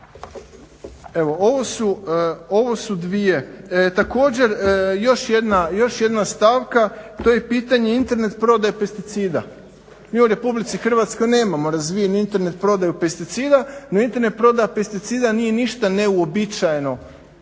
Ovo su dvije. Također još jedna stavka, to je pitanje Internet prodaje pesticida. Mi u RH nemamo razvijen Internet prodaju pesticida niti Internet prodaja pesticida nije ništa neuobičajeno